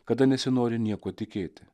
kada nesinori niekuo tikėti